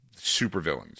supervillains